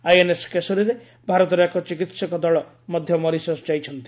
INS କେଶରୀରେ ଭାରତର ଏକ ଚିକିହକ ଦଳ ମଧ୍ୟ ମରିସସ୍ ଯାଇଛନ୍ତି